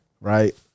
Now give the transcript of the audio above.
right